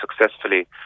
successfully